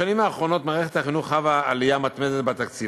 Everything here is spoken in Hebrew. בשנים האחרונות מערכת החינוך חווה עלייה מתמדת בתקציב,